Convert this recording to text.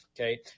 okay